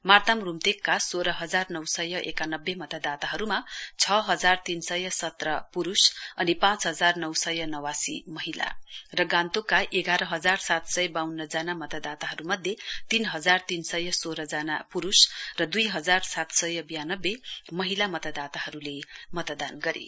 मार्ताम रूम्तेका सोह्र हजार नौ सय एकानब्बे मतदाताहरूमा छ हजार तीन सय सत्र पुरुष अनि पाँच हजार नौ सय नौवासी महिला अनि गान्तोकका एघार हजार साथ सय बाउन्न मतदाताहरूमध्ये तीन हजार तीन सय सोह्न जना र पुरुष र दुई हजार सात सय बयानब्बे महिला मतदाताहरूले मतदाताहरूले मतदान गरे